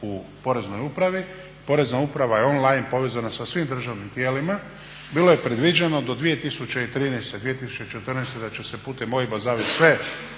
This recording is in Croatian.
u Poreznoj upravi. Porezna uprava je on line povezana sa svim državnim tijelima, bilo je predviđeno do 2013., 2014.da će se putem OIB-a zavesti sve